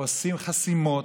עושים חסימות,